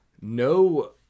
No